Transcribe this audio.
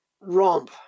romp